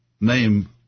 name